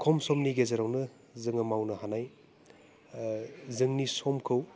खम समनि गेजेरावनो जोंङो मावनो हानाय जोंनि समखौ